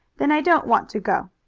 then i don't want to go.